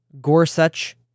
Gorsuch